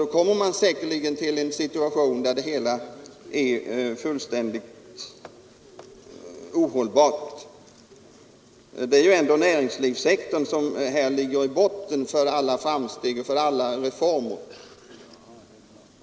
Då hamnar vi säkerligen i en situation som är alldeles ohållbar. Det är ju ändå näringslivssektorn som ligger till grund för alla framsteg och reformer.